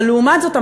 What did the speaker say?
אבל לעומת זאת,